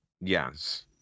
Yes